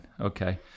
okay